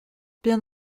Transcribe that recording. bien